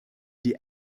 die